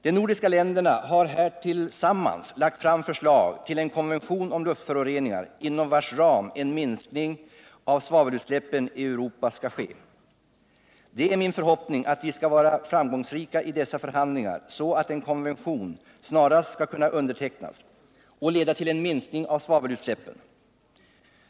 De nordiska länderna har här tillsammans lagt fram förslag till en konvention om luftföroreningar inom vars ram en minskning av svavelutsläppen i Europa kan ske. Det är min förhoppning att vi skall vara framgångsrika i dessa förhandlingar så att en konvention snarast skall kunna undertecknas och leda till en minskning av svavelutsläppen.